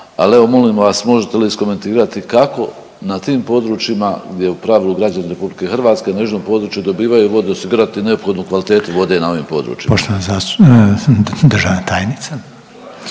ali evo molim vas možete li iskomentirati kako na tim područjima gdje u pravilu građani RH na južnom području dobivaju vodu osigurati neophodnu kvalitetu vode na ovim područjima.